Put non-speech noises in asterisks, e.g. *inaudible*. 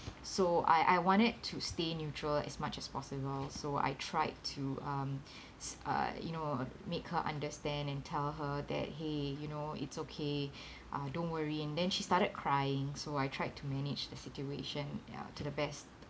so I I wanted to stay neutral as much as possible so I tried to um *breath* uh you know make her understand and tell her that !hey! you know it's okay *breath* uh don't worry and then she started crying so I tried to manage the situation ya to the best